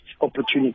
opportunity